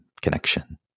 connection